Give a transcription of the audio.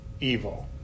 evil